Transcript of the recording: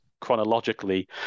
chronologically